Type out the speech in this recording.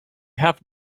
have